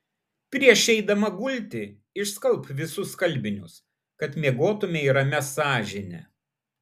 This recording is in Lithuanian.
prieš eidama gulti išskalbk visus skalbinius kad miegotumei ramia sąžine